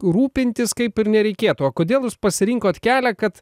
rūpintis kaip ir nereikėtų o kodėl jūs pasirinkot kelią kad